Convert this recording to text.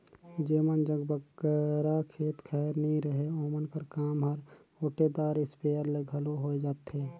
जेमन जग बगरा खेत खाएर नी रहें ओमन कर काम हर ओटेदार इस्पेयर ले घलो होए जाथे